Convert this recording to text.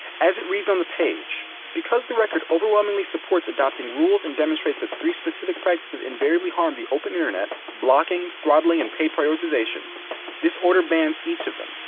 as it reads on the page, because the record overwhelmingly supports adopting rules and demonstrates that three specific practices invariably harm the open internet blocking, throttling, and paid prioritization this order bans each of them,